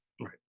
Right